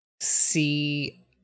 see